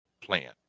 plan